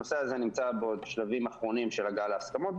הנושא הזה נמצא בעוד בשלבים אחרונים של גל ההסכמות,